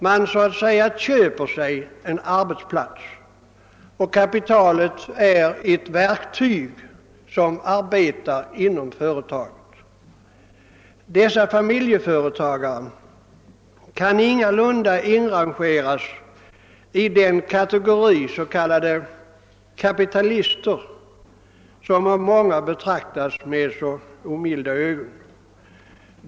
Man så att säga köper sin arbetsplats, och kapitalet är ett verktyg som arbetar inom företaget. Dessa familjeföretagare kan ingalunda inrangeras i den kategori s.k. kapitalister som av många betraktas med så oblida ögon.